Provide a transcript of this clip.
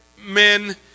men